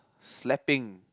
slapping